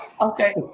Okay